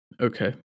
Okay